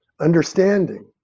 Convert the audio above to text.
understanding